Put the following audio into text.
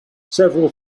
several